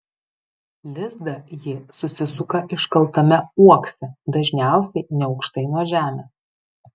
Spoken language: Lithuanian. lizdą ji susisuka iškaltame uokse dažniausiai neaukštai nuo žemės